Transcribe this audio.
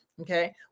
okay